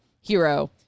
Hero